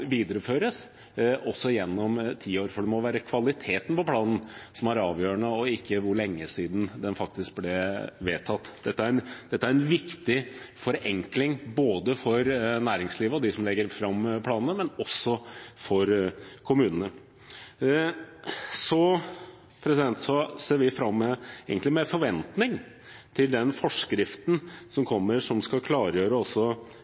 videreføres også gjennom ti år, for det må være kvaliteten på planen som er avgjørende, ikke hvor lenge det er siden den faktisk ble vedtatt. Dette er en viktig forenkling både for næringslivet og for dem som legger fram planene – og også for kommunene. Så ser vi – egentlig med forventning – fram til den forskriften som kommer, og som også